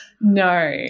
no